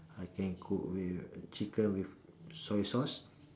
I can cook with chicken with soy sauce